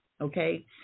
Okay